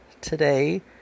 Today